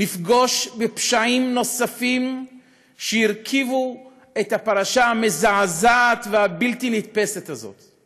נפגוש בפשעים נוספים שהרכיבו את הפרשה המזעזעת והבלתי-נתפסת הזאת.